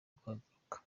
kuhagaruka